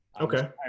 Okay